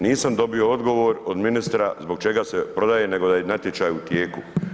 Nisam dobio odgovor od ministra zbog čega se prodaje nego da je natječaj u tijeku.